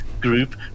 group